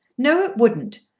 no it wouldn't.